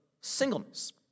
singleness